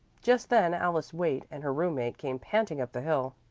just then alice waite and her roommate came panting up the hill,